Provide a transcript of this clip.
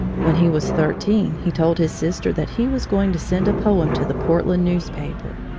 when he was thirteen, he told his sister that he was going to send a poem to the portland newspaper.